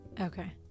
Okay